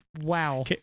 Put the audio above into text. wow